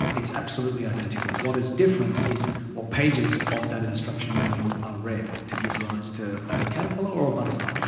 it's absolutely identical. what is different is what pages of that instruction manual are read to give rise to a caterpillar or a butterfly.